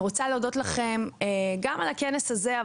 אז אני רוצה להודות לכם גם על הכנס הזה,